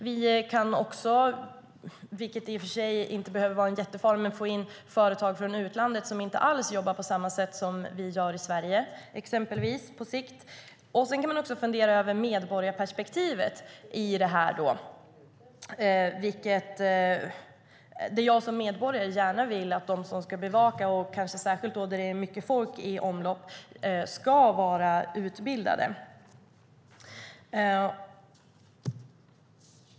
Det finns också en risk, även om den kanske inte är jättestor, för att vi får in företag från utlandet som inte alls jobbar på samma sätt som vi i Sverige gör. Man kan också fundera över medborgarperspektivet. Som medborgare vill jag gärna att de som ska bevaka, särskilt där det är mycket folk i omlopp, ska vara utbildade.